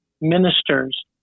ministers